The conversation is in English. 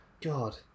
God